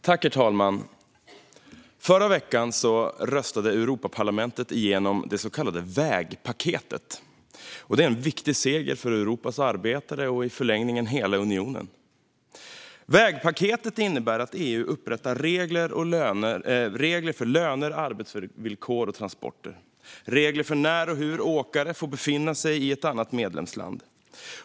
Herr talman! Förra veckan röstade Europaparlamentet igenom det så kallade vägpaketet. Det är en viktig seger för Europas arbetare och i förlängningen hela unionen. Vägpaketet innebär att EU upprättar regler för löner, arbetsvillkor och transporter. Man upprättar även regler för när och hur åkare får befinna sig i ett annat medlemsland.